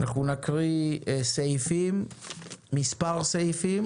נקרא מספר סעיפים